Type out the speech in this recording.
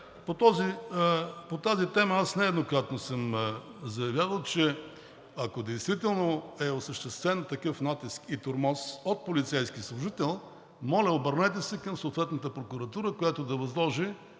По тази тема аз нееднократно съм заявявал, че ако действително е осъществен такъв натиск и тормоз от полицейски служител, моля, обърнете се към съответната прокуратура, която да възложи